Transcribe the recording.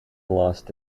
lost